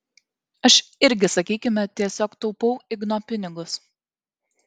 aš irgi sakykime tiesiog taupau igno pinigus